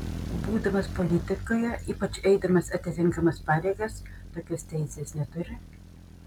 būdamas politikoje ypač eidamas atitinkamas pareigas tokios teisės neturi